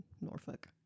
Norfolk